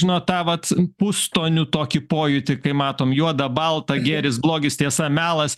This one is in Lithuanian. žino tą vat pustonių tokį pojūtį kai matom juoda balta gėris blogis tiesa melas